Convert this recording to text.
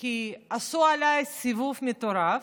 כי עשו עליי סיבוב מטורף.